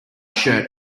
shirt